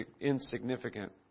insignificant